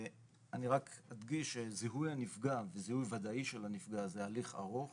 אני רק אדגיש שזיהוי הנפגע וזיהוי ודאי של הנפגע זה הליך ארוך